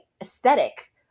aesthetic